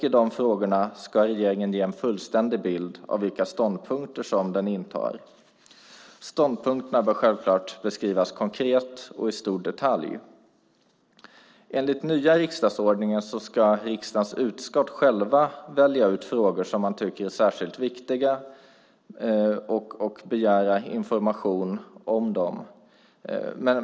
I de frågorna ska regeringen ge en fullständig bild av vilka ståndpunkter som den intar. Ståndpunkterna bör självklart beskrivas konkret och i stor detalj. Enligt nya riksdagsordningen ska riksdagens utskott själva välja ut frågor som man tycker är särskilt viktiga och begära information om dem.